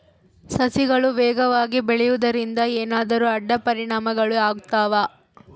ಸಸಿಗಳು ವೇಗವಾಗಿ ಬೆಳೆಯುವದರಿಂದ ಏನಾದರೂ ಅಡ್ಡ ಪರಿಣಾಮಗಳು ಆಗ್ತವಾ?